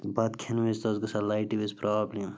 بَتہٕ کھٮ۪نہٕ وِز تہِ ٲس گژھان لایٹہِ وِز پرٛابلِم